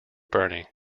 bernie